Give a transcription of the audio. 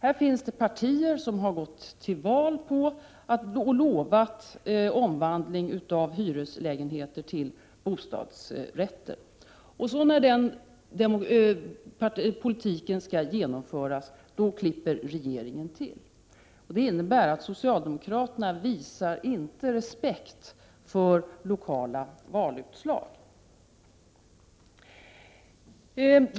Här finns det partier som har gått till val på att lova omvandling av hyreslägenheter till bostadsrätter. När denna politik sedan skall genomföras, då klipper regeringen till. Socialdemokrater na visar alltså inte respekt för lokala valutslag.